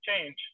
change